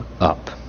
up